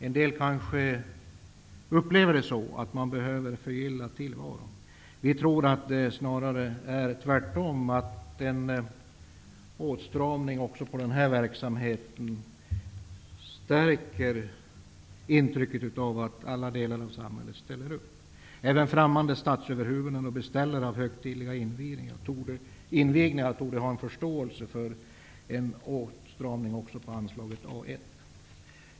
En del kanske upplever det så, att tillvaron behöver förgyllas. Vi tror att det är tvärtom, alltså att en åtstramning också beträffande den här verksamheten stärker intrycket av att man inom alla områden i samhället ställer upp. Även främmande statsöverhuvuden och beställare av högtidliga invigningar torde ha förståelse för en åtstramning av anslaget A 1.